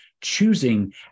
choosing